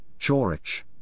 Chorich